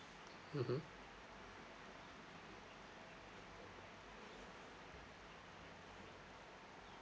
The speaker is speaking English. mmhmm